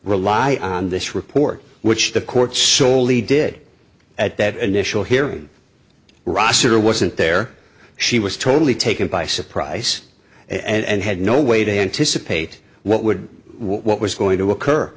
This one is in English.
rely on this report which the court solely did at that initial hearing ross or wasn't there she was totally taken by surprise and had no way to anticipate what would what was going to occur